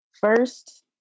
First